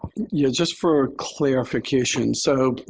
yeah, just for clarification. so